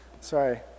Sorry